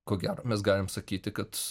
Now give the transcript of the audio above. ko gero mes galim sakyti kad